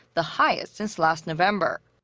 the highest since last november.